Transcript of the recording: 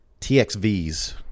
TXVs